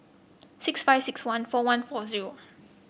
six five six one four one four zero